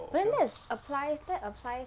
but then that's apply that apply